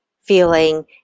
feeling